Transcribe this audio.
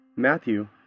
Matthew